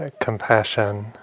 compassion